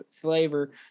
flavor